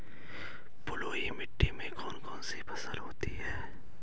बलुई मिट्टी में कौन कौन सी फसलें होती हैं?